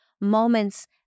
moments